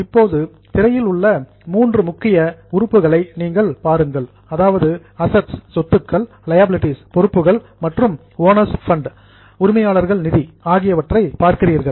இப்போது திரையில் நீங்கள் மூன்று முக்கிய எலிமெண்ட்ஸ் உறுப்புகளை அதாவது அசட்ஸ் சொத்துக்கள் லியாபிலிடீஸ் பொறுப்புக்கள் மற்றும் ஓனர்ஸ் பண்ட் உரிமையாளர்கள் நிதி அவற்றை பார்க்கிறீர்கள்